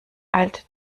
eilt